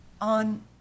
On